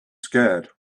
scared